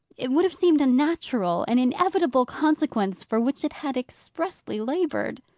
it would have seemed a natural and inevitable consequence, for which it had expressly laboured.